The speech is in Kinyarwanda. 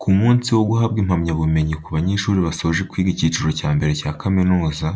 Ku munsi wo guhabwa impamyabumenyi ku banyeshuri basoje kwiga icyiciro cya mbere cya kaminuza,